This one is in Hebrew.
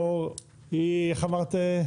איך אמרת,